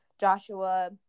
Joshua